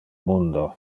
mundo